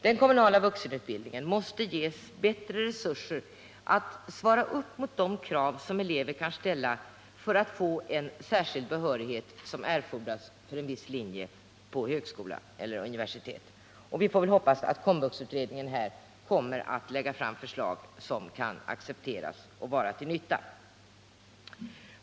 Den kommunala vuxenutbildningen måste få bättre resurser för att kunna motsvara de krav som eleverna kan ställa på utbildning för att få den särskilda behörighet som fordras för en viss linje på högskola eller universitet. Vi får hoppas att KOMVUX-utredningen härvidlag kommer att lägga fram förslag som kan accepteras och bli till nytta.